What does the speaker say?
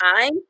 time